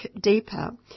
deeper